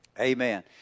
Amen